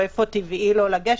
או איפה טבעי לו לגשת.